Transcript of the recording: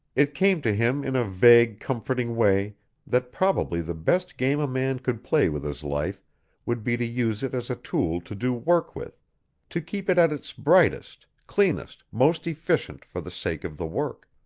it came to him in a vague, comforting way that probably the best game a man could play with his life would be to use it as a tool to do work with to keep it at its brightest, cleanest, most efficient for the sake of the work.